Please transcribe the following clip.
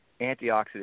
antioxidant